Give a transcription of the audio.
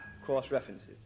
cross-references